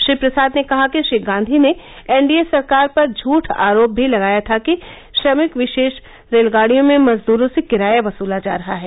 श्री प्रसाद ने कहा कि श्री गांधी ने एनडीए सरकार पर ज्ञठा आरोप भी लगाया था कि श्रमिक विशेष रेलगाडियों में मजदूरों से किराया वसला जा रहा है